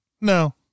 No